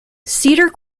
cedar